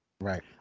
Right